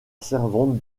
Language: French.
servante